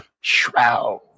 Shroud